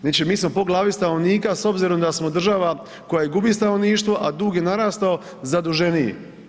Znači mi smo po glavi stanovnika s obzirom da smo država koja gubi stanovništvo, a dug je narastao zaduženiji.